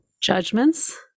judgments